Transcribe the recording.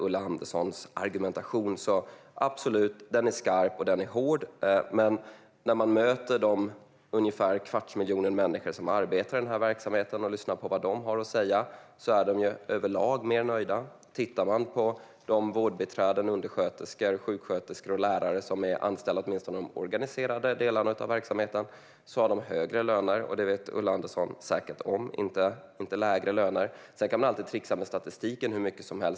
Ulla Anderssons argumentation är skarp och hård, men när man möter de ungefär en kvarts miljon människor som arbetar i denna verksamhet och lyssnar på vad de har att säga är de överlag mer nöjda. Om man tittar på de vårdbiträden, undersköterskor, sjuksköterskor och lärare som är anställda åtminstone i de organiserade delarna av verksamheten ser man att de har högre löner, och detta vet Ulla Andersson säkert om. De har inte lägre löner. Sedan kan man alltid trixa med statistiken hur mycket som helst.